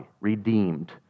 redeemed